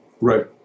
Right